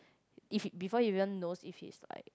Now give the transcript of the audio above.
if you before you won't know if it like